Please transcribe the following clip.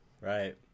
Right